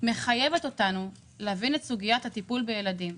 מחייבת אותנו להבין את סוגיית הטיפול בילדים.